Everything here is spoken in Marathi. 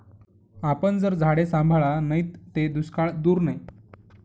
आपन जर झाडे सांभाळा नैत ते दुष्काळ दूर नै